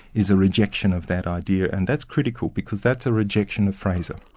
is a rejection of that idea. and that's critical, because that's a rejection of frazer.